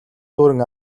дүүрэн